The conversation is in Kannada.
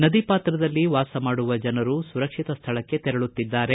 ನದಿ ಪಾತ್ರದಲ್ಲಿ ವಾಸ ಮಾಡುವ ಜನರು ಸುರಕ್ಷಿತ ಸ್ಥಳಕ್ಕೆ ತೆರಳುತ್ತಿದ್ದಾರೆ